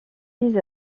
vise